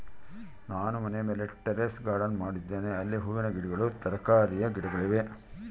ನಾನು ಮನೆಯ ಮೇಲೆ ಟೆರೇಸ್ ಗಾರ್ಡೆನ್ ಮಾಡಿದ್ದೇನೆ, ಅಲ್ಲಿ ಹೂವಿನ ಗಿಡಗಳು, ತರಕಾರಿಯ ಗಿಡಗಳಿವೆ